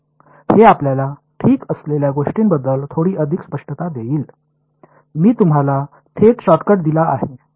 हे आपल्याला ठीक असलेल्या गोष्टीबद्दल थोडी अधिक स्पष्टता देईल मी तुम्हाला थेट शॉर्टकट दिला आहे